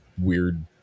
weird